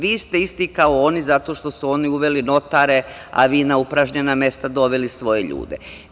Vi ste isti kao oni zato što su oni uveli notare, a vi na upražnjena mesta doveli svoje ljude.